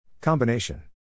Combination